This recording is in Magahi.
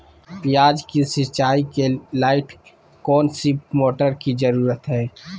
प्याज की सिंचाई के लाइट कौन सी मोटर की जरूरत है?